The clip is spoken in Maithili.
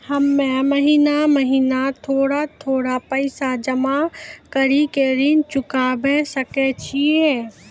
हम्मे महीना महीना थोड़ा थोड़ा पैसा जमा कड़ी के ऋण चुकाबै सकय छियै?